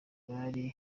bari